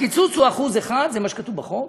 הקיצוץ הוא 1%, זה מה שכתוב בחוק,